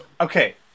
okay